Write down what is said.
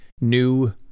new